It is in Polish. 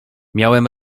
miałem